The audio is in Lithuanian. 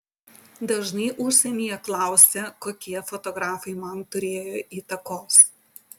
dažnai užsienyje klausia kokie fotografai man turėjo įtakos